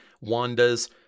Wanda's